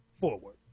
forward